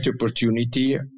opportunity